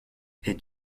est